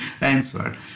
answer